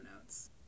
notes